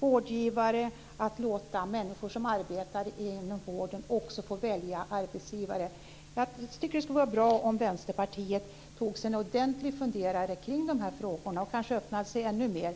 vårdgivare, att låta människor som arbetar inom vården få välja arbetsgivare. Jag tycker att det skulle vara bra om Vänsterpartiet tog sig en ordentlig funderare kring frågorna och kanske öppnade sig ännu mer.